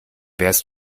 wärst